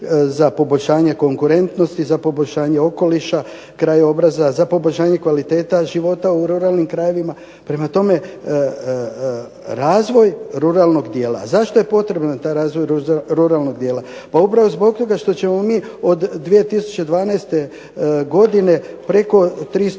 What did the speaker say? za poboljšanje konkurentnosti, za poboljšanje okoliša, krajobraza, za poboljšanje kvalitete života u ruralnim krajevima. Prema tome, razvoj ruralnog dijela, zašto je potreban taj razvoj ruralnog dijela? Pa upravo zbog toga što ćemo mi od 2012. godine preko 370